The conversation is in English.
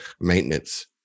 maintenance